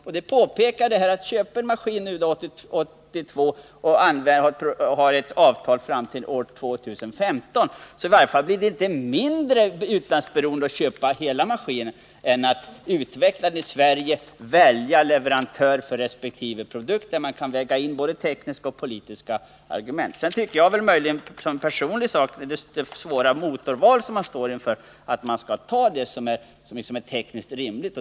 Jag påpekade att om man köper en maskin 1982 och har ett avtal fram till år 2015, så blir utlandsberoendet inte mindre än om man utvecklar planet i Sverige och väljer leverantörer för resp. produkter och därvid väger in både tekniska och politiska argument. Sedan tycker jag personligen att det är ett svårt motorval man står inför. Man bör ta de alternativ som är tekniskt rimliga.